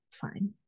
fine